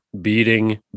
beating